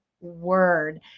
word